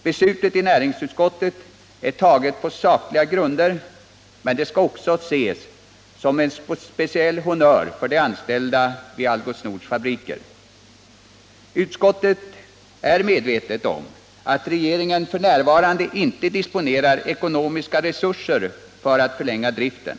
Beslutet i näringsutskottet är fattat på sakliga grunder, men det skall också ses som en speciell honnör för de anställda vid Algots Nords fabriker. Utskottet är medvetet om att regeringen f.n. inte disponerar ekonomiska resurser för att förlänga driften.